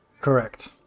Correct